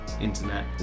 internet